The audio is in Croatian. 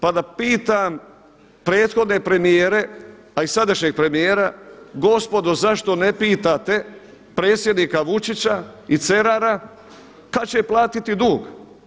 Pa da pitam prethodne premijere a i sadašnjeg premijera gospodo zašto ne pitate predsjednika Vučića i Cerara kad će platiti dug?